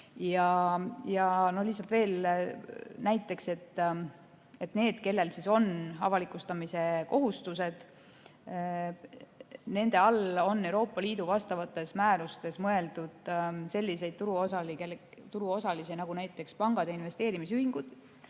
Ja lihtsalt veel näiteks, et nende all, kellel on avalikustamise kohustused, on Euroopa Liidu vastavates määrustes mõeldud selliseid turuosalisi nagu näiteks pangad ja investeerimisühingud,